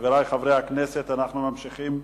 בעד, 17, נגד, אין, נמנעים,